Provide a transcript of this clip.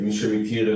למי שמכיר,